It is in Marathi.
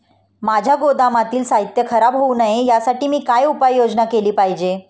माझ्या गोदामातील साहित्य खराब होऊ नये यासाठी मी काय उपाय योजना केली पाहिजे?